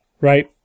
right